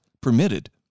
permitted